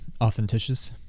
Authenticious